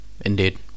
Indeed